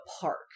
park